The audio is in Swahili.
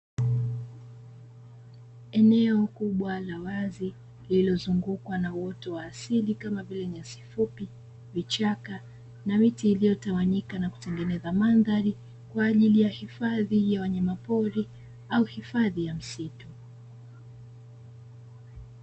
Eneo kubwa la wazi lililo zungukwa na outo wa asili kama vile nyasi fupi, vichaka na miti iliyo tawanyika na kutengeneza mandhari kwaajili ya hifadhi ya wanyama pori au hifadhi ya msitu.